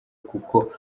kuko